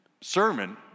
sermon